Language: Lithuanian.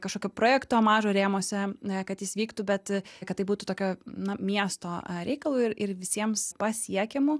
kažkokio projekto mažo rėmuose kad jis vyktų bet kad tai būtų tokio na miesto reikalu ir ir visiems pasiekiamu